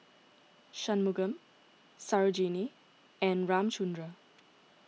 Shunmugam Sarojini and Ramchundra